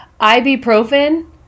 ibuprofen